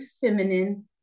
feminine